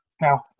Now